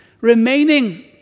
Remaining